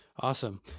Awesome